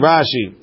Rashi